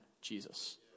Jesus